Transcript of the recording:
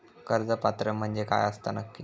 कर्ज पात्र म्हणजे काय असता नक्की?